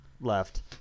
left